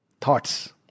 Thoughts